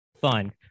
fun